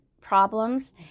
problems